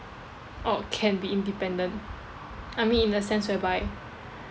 or can be independent I mean in the sense whereby